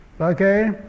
Okay